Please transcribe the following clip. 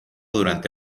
durante